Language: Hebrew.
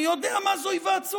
אני יודע מה זו היוועצות.